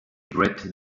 brett